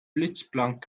blitzblank